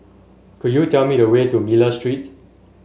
could you tell me the way to Miller Street